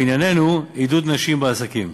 ובענייננו, עידוד נשים בעסקים.